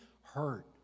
hurt